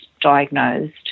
diagnosed